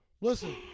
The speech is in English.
Listen